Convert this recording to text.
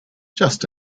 just